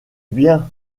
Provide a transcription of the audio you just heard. bien